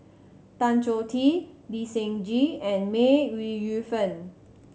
Tan Choh Tee Lee Seng Gee and May Ooi Yu Fen